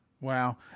Wow